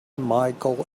micheal